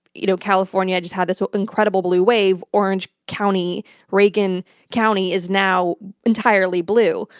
you know california just had this incredible blue wave. orange county reagan county is now entirely blue.